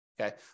Okay